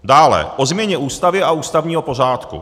Dále o změně Ústavy a ústavního pořádku.